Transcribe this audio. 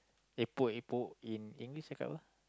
epok-epok in English cakap apa